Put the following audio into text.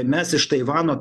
mes iš taivano